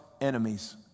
enemies